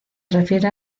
refiere